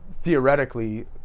theoretically